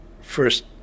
first